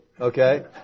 okay